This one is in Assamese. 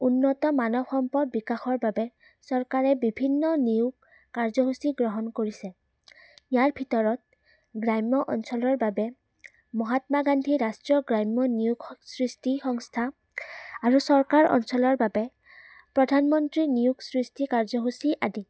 উন্নত মানৱ সম্পদ বিকাশৰ বাবে চৰকাৰে বিভিন্ন নিয়োগ কাৰ্যসূচী গ্ৰহণ কৰিছে ইয়াৰ ভিতৰত গ্ৰাম্য অঞ্চলৰ বাবে মহাত্মা গান্ধী ৰাষ্ট্ৰীয় গ্ৰাম্য নিয়োগ সৃষ্টি সংস্থা আৰু চৰকাৰ অঞ্চলৰ বাবে প্ৰধানমন্ত্ৰী নিয়োগ সৃষ্টি কাৰ্যসূচী আদি